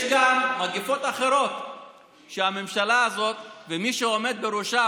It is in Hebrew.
יש גם מגפות אחרות שהממשלה הזאת ומי שעומד בראשה,